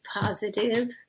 positive